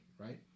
right